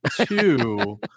two